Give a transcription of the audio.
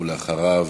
ולאחריו,